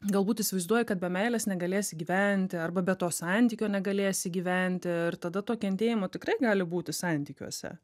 galbūt įsivaizduoji kad be meilės negalėsi įgyvendinti arba be to santykio negalėsi įgyvendinti ir tada to kentėjimo tikrai gali būti santykiuose